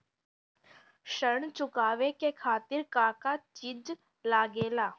ऋण चुकावे के खातिर का का चिज लागेला?